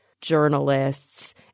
journalists